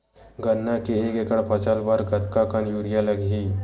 गन्ना के एक एकड़ फसल बर कतका कन यूरिया लगही?